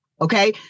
Okay